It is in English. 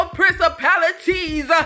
principalities